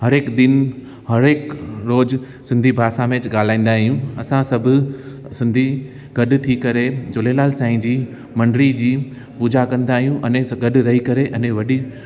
हर हिक दिन हर हिक रोज सिंधी भाषा में ॻाल्हाईंदा आहियूं असां सभु सिंधी गॾु थी करे झूलेलाल साईं जी मंडली जी पूजा कंदा आहियूं अने गॾु रही करे अने वॾी